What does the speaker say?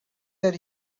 that